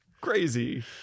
crazy